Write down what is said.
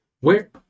Where-